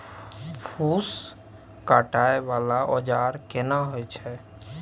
फूस काटय वाला औजार केना होय छै?